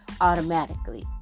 automatically